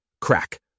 Crack